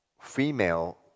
female